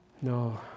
No